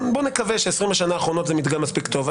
בואו נקווה ש-20 השנה האחרונות זה מדגם מספיק טוב.